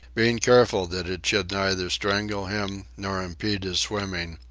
being careful that it should neither strangle him nor impede his swimming,